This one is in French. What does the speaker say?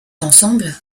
ensemble